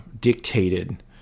dictated